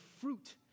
fruit